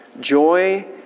Joy